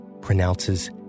pronounces